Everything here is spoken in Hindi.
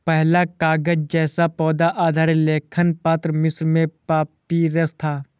पहला कागज़ जैसा पौधा आधारित लेखन पत्र मिस्र में पपीरस था